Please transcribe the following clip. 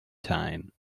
time